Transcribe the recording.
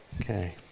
okay